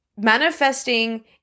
manifesting